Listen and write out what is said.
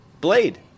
Blade